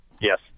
Yes